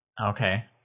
Okay